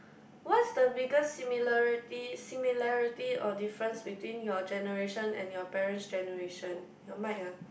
what's the biggest similarity similarity or difference between your generation and your parents generation your mic ah